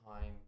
time